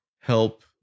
help